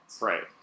Right